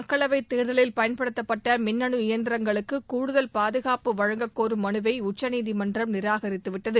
மக்களவைத் தேர்தலில் பயன்படுத்தப்பட்ட மின்னனு இயந்திரங்களுக்கு கூடுதல் பாதுகாப்பு வழங்க கோரும் மனுவை உச்சநீதிமன்றம் நிராகரித்துவிட்டது